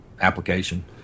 application